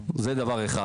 זה דבר אחד.